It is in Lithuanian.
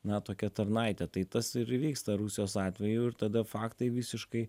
na tokia tarnaite tai tas ir vyksta rusijos atveju ir tada faktai visiškai